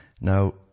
Now